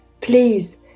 please